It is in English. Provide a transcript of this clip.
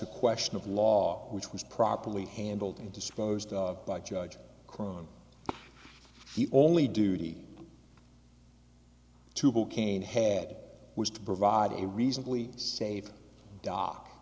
a question of law which was properly handled and disposed of by judge crone the only duty to cain had was to provide a reasonably safe dock